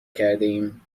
کردهایم